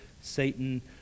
Satan